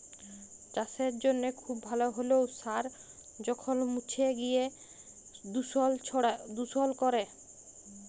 চাসের জনহে খুব ভাল হ্যলেও সার যখল মুছে গিয় দুষল ক্যরে